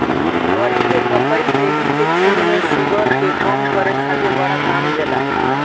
करी के पतइ देहि के खून में शुगर के कम करे खातिर बड़ा काम देला